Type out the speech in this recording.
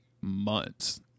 months